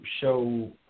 show